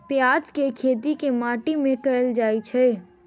प्याज केँ खेती केँ माटि मे कैल जाएँ छैय?